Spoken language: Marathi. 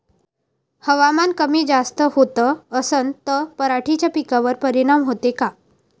हवामान कमी जास्त होत असन त पराटीच्या पिकावर परिनाम होते का?